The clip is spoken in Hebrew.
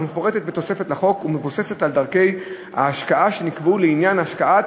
המפורטת בתוספת לחוק ומבוססת על דרכי ההשקעה שנקבעו לעניין השקעת